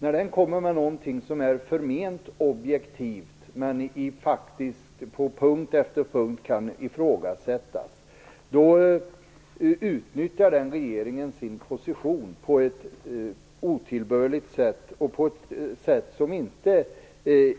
När den ger ut någonting som är förment objektivt men faktiskt på punkt efter punkt kan ifrågasättas, utnyttjar den regeringen sin position på ett otillbörligt sätt som inte